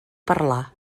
parlar